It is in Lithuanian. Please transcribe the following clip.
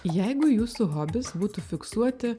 jeigu jūsų hobis būtų fiksuoti